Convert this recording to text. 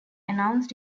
announced